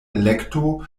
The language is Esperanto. elekto